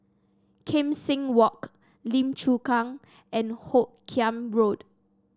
Kim Seng Walk Lim Chu Kang and Hoot Kiam Road